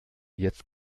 jetzt